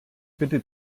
bitte